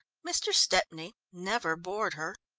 mr. stepney never bored her.